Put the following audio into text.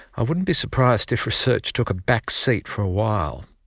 i wouldn't be surprised if research took a back seat for a while.